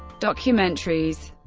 documentaries